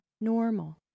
normal